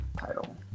title